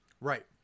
Right